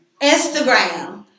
Instagram